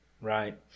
Right